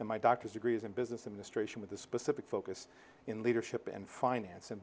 in my doctor's degrees in business administration with a specific focus in leadership and finance and